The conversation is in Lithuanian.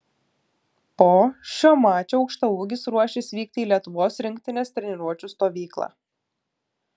po šio mačo aukštaūgis ruošis vykti į lietuvos rinktinės treniruočių stovyklą